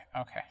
okay